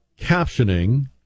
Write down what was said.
captioning